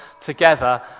together